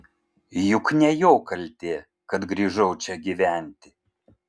juk ne jo kaltė kad grįžau čia gyventi